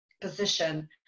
position